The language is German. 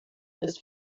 ist